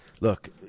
look